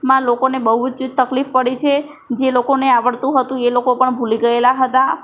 માં લોકોને બહુ જ તકલીફ પડી છે જે લોકોને આવડતું હતું એ લોકો પણ ભુલી ગયેલા હતા